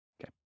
Okay